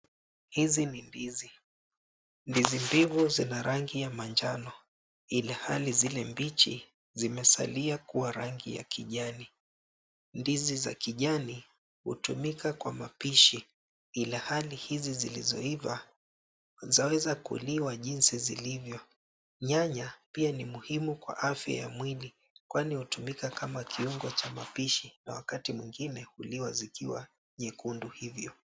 Hizi ni ndizi. Ndizi mbivu zina rangi ya manjano ilhali zile mbichi zimesalia kuwa rangi ya kijani. Ndizi za kijani hutumika kwa mapishi, ilhali hizi zilizoiva zaweza kuliwa jinsi zilivyo. Nyanya pia ni muhimu kwa afya ya mwili kwani hutumika kama kuingo cha mapishi na wakati mwingine huliwa zikiwa nyekundu hivyo.